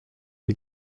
die